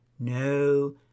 No